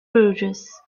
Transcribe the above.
bruges